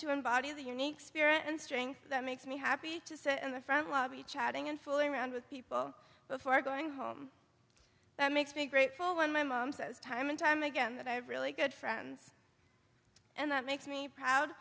embody the unique spirit and strength that makes me happy to say in the front lobby chatting and fooling around with people before going home that makes me grateful when my mom says time and time again that i have really good friends and that makes me proud